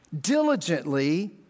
diligently